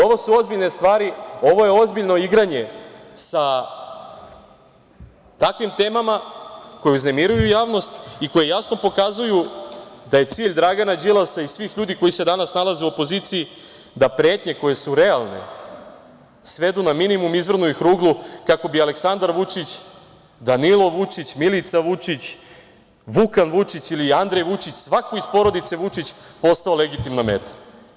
Ovo su ozbiljne stvari, ovo je ozbiljno igranje sa takvim temama koji uznemiruju javnost i koji jasno pokazuju da je cilj Dragan Đilasa i svih ljudi koji se danas nalaze u opoziciji da pretnje koje su realne svedu na minimum i izvrnu ih ruglu kako bi Aleksandar Vučić, Danilo Vučić, Milica Vučić, Vukan Vučić ili Andrej Vučić, svako iz porodice Vučić postao legitimna meta.